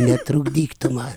netrukdyk tu man